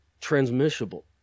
transmissible